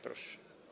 Proszę.